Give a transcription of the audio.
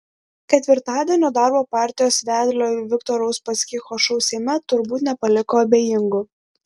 ketvirtadienio darbo partijos vedlio viktoro uspaskicho šou seime turbūt nepaliko abejingų